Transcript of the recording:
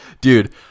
Dude